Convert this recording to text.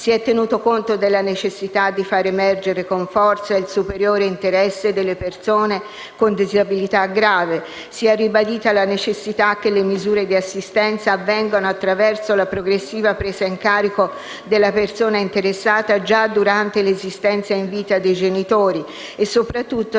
Si è tenuto conto della necessità di far emergere con forza il superiore interesse delle persone con disabilità grave. Si è ribadita la necessità che le misure di assistenza avvengano attraverso la progressiva presa in carico della persona interessata già durante l'esistenza in vita dei genitori e soprattutto nel